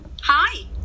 Hi